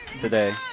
today